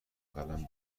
قلم